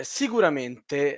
sicuramente